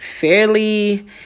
fairly